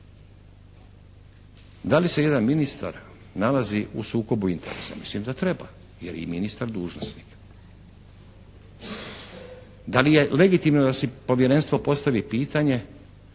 da li se jedan ministar nalazi u sukobu interesa, mislim da treba, jer je i ministar dužnosnik. Da li je legitimno da si Povjerenstvo postavi pitanje